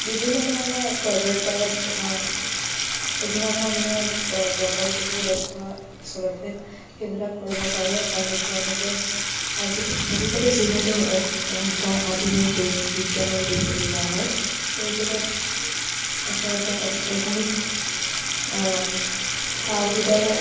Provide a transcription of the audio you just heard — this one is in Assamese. বিভিন্ন ধৰণৰ প্ৰজেক্টৰত বিভিন্ন ধৰণৰ প্ৰকল্পবোৰ দেখুওৱাৰ চলতে সেইবিলাক কৰিব পাৰে আৰু তেওঁলোকৰ যিহেতু এটা আধুনিক যুগ বিজ্ঞানৰ যুগ বুলি কোৱা হয় এই যুগত আচলতে অত্যাধুনিক সা সুবিধাৰে